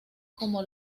como